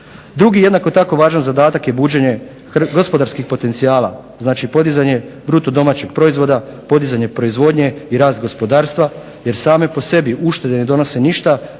Drugi jednako tako važan zadatak je buđenje gospodarskih potencijala, znači podizanje bruto domaćeg proizvoda, podizanje proizvodnje i rast gospodarstva jer same po sebi uštede ne donose ništa